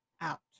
out